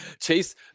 chase